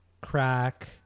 crack